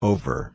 Over